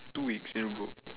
two weeks in a row